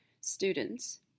students